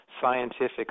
scientific